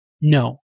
No